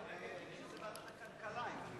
אני חושב, לוועדת הכלכלה, אם איני טועה.